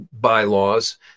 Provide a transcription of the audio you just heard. bylaws